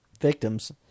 victims